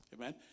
Amen